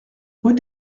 rue